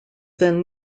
than